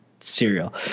cereal